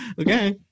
Okay